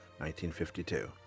1952